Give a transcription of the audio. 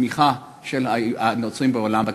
בתמיכה של הנוצרים בעולם,